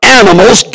animals